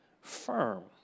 firm